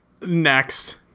Next